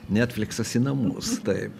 netfliksas į namus taip